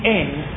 end